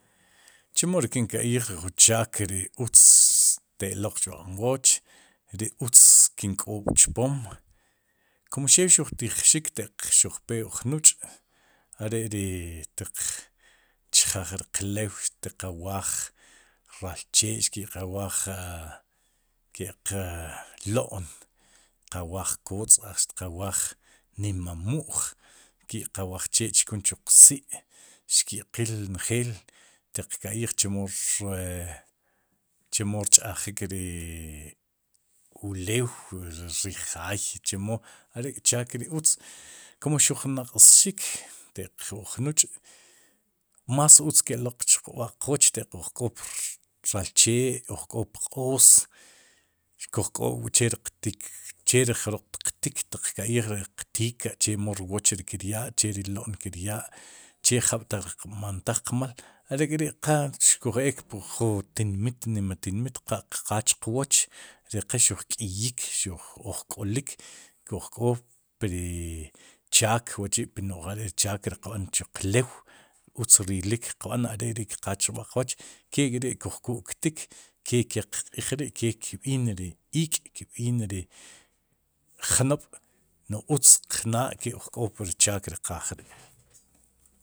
Chemo ri kin ka'yij ri jun chaak ri utz te'loq chb'aq'nwooch, ri utz kin k'oob'chpoom, kum xew xuj tijxik ataq xu jpe uj nuch' are'ri tiq chjeej riq lew, xtiqawaaj raal chee'xtiqawaaj a lo'n ke'q lo'n ¿tiqawaj kotz'a'tiqawaj nima mu'j ki' qawaj chee'xtchkun chuq si' xki'qiil njeel teqka'yij chemo rch'ajik ri ulew ri riij jaay chemo arék chaak ri utz kun xujnaq'xik te'q uj nuch'más utz ke'loq chb'aq'qwooch ataq uj k'o praal chee uj k'o pq'oos xkuj k'op k'chi' che riq tik che ri jroq tiqtik, tiq ka'yij ri qtika'chemo rwoch ri kiryaa cheri lo'n ri kir ya'a che ri jab'taq kb'antaj qmaal are'k'ri qaaj xkuj ek pu ju nima tinmit qak kqa chuqwoch ri qe xuj k'iyik, xuj oj k'olik xuj uj k'olik uj k'o pri chaak, wachi'noj are ri chaak ri qb'an chuq lew utz rilik qb'an are ri qaj chb'aq'qwooch kek'ri'kuj ku'ktik, ke ke qq'iij ri ke kb'iik ri ik'ke kb'iin ri jnob'noj utz qnaa'ke oj k'o pri chaak ri qaaj ri'.